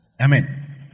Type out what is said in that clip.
Amen